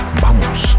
vamos